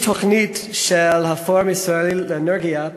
יש תוכנית של הפורום הישראלי לאנרגיה,